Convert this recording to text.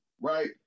right